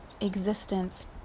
existence